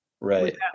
Right